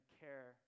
care